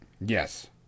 yes